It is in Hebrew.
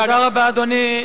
תודה רבה, אדוני.